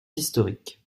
historiques